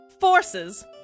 forces